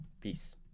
Peace